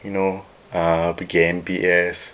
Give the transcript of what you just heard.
you know uh pergi M_B_S